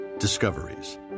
Discoveries